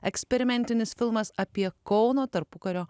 eksperimentinis filmas apie kauno tarpukario